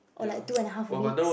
or like two and a half weeks